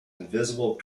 invisible